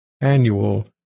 annual